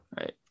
right